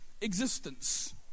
existence